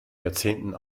jahrzehnten